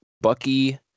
Bucky